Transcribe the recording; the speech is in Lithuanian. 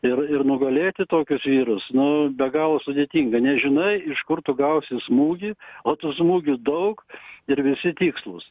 ir ir nugalėti tokius vyrus nu be galo sudėtinga nežinai iš kur tu gausi smūgį o tų smūgių daug ir visi tikslūs